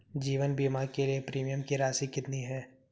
जीवन बीमा के लिए प्रीमियम की राशि कितनी है?